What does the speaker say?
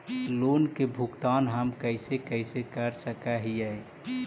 Loan के भुगतान हम कैसे कैसे कर सक हिय?